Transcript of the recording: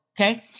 okay